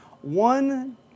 one